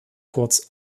kurz